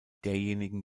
derjenigen